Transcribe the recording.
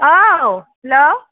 औ हेलौ